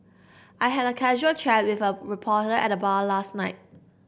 I had a casual chat with a reporter at the bar last night